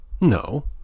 No